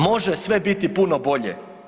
Može sve biti puno bolje.